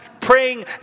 praying